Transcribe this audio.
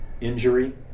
injury